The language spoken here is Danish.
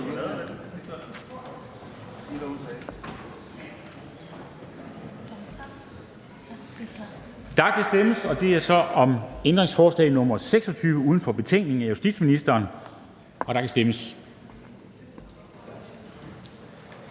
Der kan stemmes, og det er så om ændringsforslag nr. 26 uden for betænkningen af justitsministeren. Der kan stemmes.